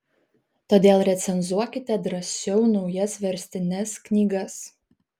todėl recenzuokite drąsiau naujas verstines knygas